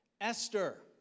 Esther